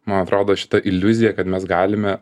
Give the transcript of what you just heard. man atrodo šita iliuzija kad mes galime